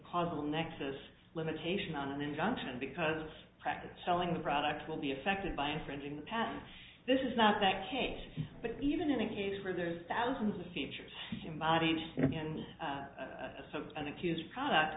causal nexus limitation on an invention because practice selling the product will be affected by infringing the patent this is not that case but even in a case where there's thousands of features embodied in an accused product